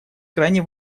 крайне